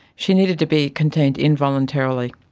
she needed to be contained involuntarily,